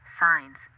signs